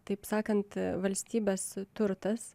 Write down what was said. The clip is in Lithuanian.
taip sakant valstybės turtas